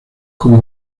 como